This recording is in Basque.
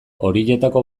horietako